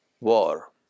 war